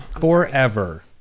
Forever